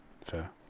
fair